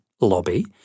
lobby